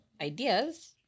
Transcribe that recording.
Ideas